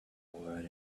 would